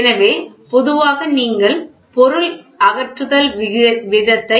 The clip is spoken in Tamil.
எனவே பொதுவாக நீங்கள் பொருள் அகற்றுதல் வீதத்தை M